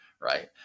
Right